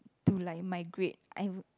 to like migrate I would